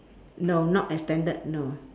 no not extended no